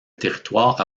territoire